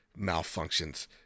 malfunctions